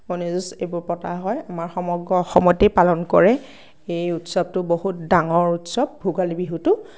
কণী যুঁজ এইবোৰ পতা হয় আমাৰ সমগ্ৰ অসমতেই পালন কৰে সেই উৎসৱটো বহুত ডাঙৰ উৎসৱ ভোগালী বিহুটো